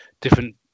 different